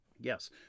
Yes